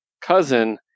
cousin